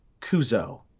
Kuzo